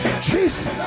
Jesus